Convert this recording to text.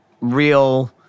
real